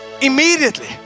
immediately